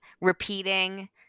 repeating